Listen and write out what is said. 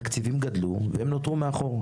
התקציבים גדלו והם נותרו מאחור.